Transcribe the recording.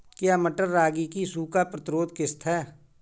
क्या मटर रागी की सूखा प्रतिरोध किश्त है?